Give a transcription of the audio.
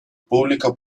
público